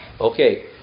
Okay